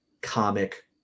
comic